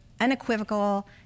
unequivocal